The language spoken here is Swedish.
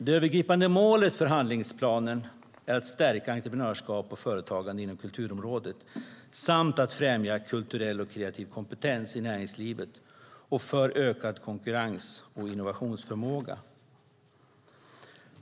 Det övergripande målet för handlingsplanen är att stärka entreprenörskap och företagande inom kulturområdet samt att främja kulturell och kreativ kompetens i näringslivet för ökad konkurrens och innovationsförmåga.